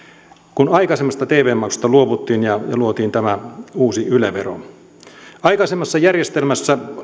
kun aikaisemmasta tv maksusta luovuttiin ja luotiin tämä uusi yle vero aikaisemmassa järjestelmässä